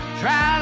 try